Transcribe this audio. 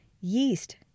yeast